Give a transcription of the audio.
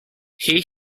here